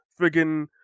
Friggin